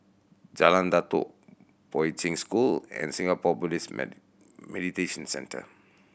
Jalan Datoh Poi Ching School and Singapore Buddhist Meditation Centre